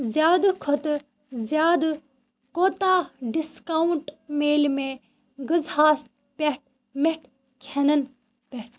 زیادٕ کھۄتہٕ زیادٕ کوتاہ ڈِسکاوُنٛٹ میلہِ مےٚ غٕذہَس پٮ۪ٹھ مِٹھ کھٮ۪نن پٮ۪ٹھ